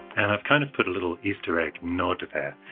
and i've kind of put a little easter egg nod there.